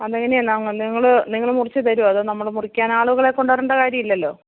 അതെങ്ങനെയാണ് നിങ്ങൾ നിങ്ങൾ മുറിച്ച് തര്വോ അതോ നമ്മൾ മുറിക്കാൻ ആളുകളെ കൊണ്ട് വരേണ്ട കാര്യമില്ലല്ലോ